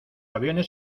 aviones